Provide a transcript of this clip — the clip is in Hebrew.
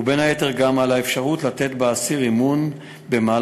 ובין היתר גם על האפשרות לתת באסיר אמון בחופשה,